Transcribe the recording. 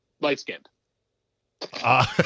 Light-skinned